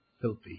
filthy